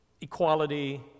equality